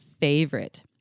favorite